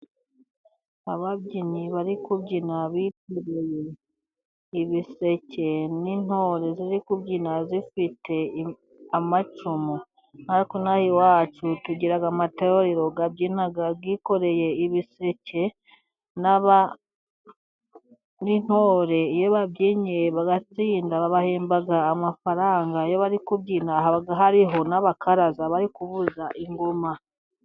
Ababyinnyi bari kubyina bikoreye ibiseke, n'intore ziri kubyina zifite amacumu, natwe ino aha iwacu tugira amatorero abyina yikoreye ibiseke n'intore, iyo babyinnye bagatsinda babahemba amafaranga ,iyo bari kubyina ,haba hariho n'abakaraza bari kuvuza ingoma.